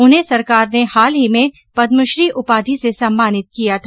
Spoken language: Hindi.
उन्हें सरकार ने हाल ही में पदमश्री उपाधि से सम्मानित किया था